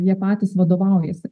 jie patys vadovaujasi